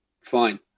fine